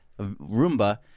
Roomba